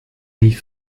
nicht